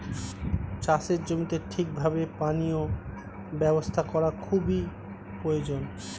চাষের জমিতে ঠিক ভাবে পানীয় ব্যবস্থা করা খুবই প্রয়োজন